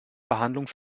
behandlung